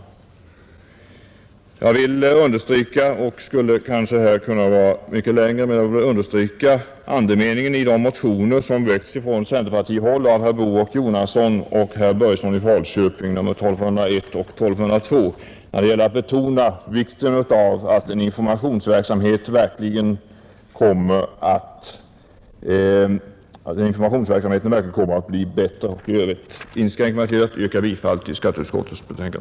Jag vill understryka — och jag skulle här kunna tala mycket längre — andemeningen i de motioner som har väckts från centerpartihåll, nr 1201 av herrar boo och Jonasson och nr 1202 av herr Börjesson i Falköping, när det gäller att betona vikten av att informationsverksamheten verkligen blir bättre. I övrigt, herr talman, inskränker jag mig till att yrka bifall till skatteutskottets hemställan.